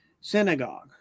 synagogue